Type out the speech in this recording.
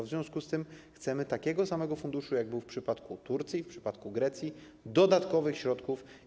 W związku z tym chcemy takiego samego funduszu, jaki był w przypadku Turcji, w przypadku Grecji, chcemy dodatkowych środków.